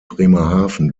bremerhaven